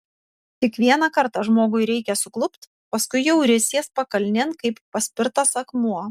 tik vieną kartą žmogui reikia suklupt paskui jau risies pakalnėn kaip paspirtas akmuo